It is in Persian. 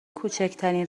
کوچکترین